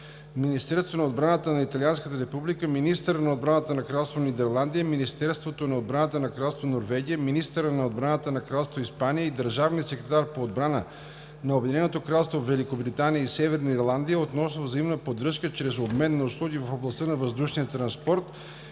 Министерството на отбраната на Италианската република, министъра на отбраната на Кралство Нидерландия, Министерството на отбраната на Кралство Норвегия, министъра на отбраната на Кралство Испания и държавния секретар по отбрана на Обединеното кралство Великобритания и Северна Ирландия относно взаимна поддръжка чрез обмен на услуги в областта на въздушния транспорт